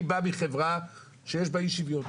אני בא מחברה שיש בה אי שוויון.